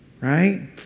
Right